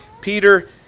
Peter